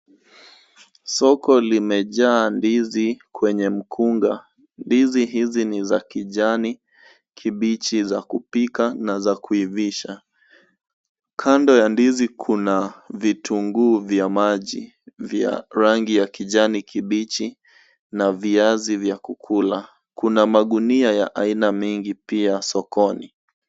Soko limejaa ndizi kwenye mkunga. Ndizi hizi ni za kijani kibichi za kupika na za kuivisha. Kando ya ndizi kuna vitunguu vya maji vya rangi ya kijani kibichi na viazi vya kukula. Kuna magunia ya aina mengi pia sokoni.